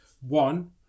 One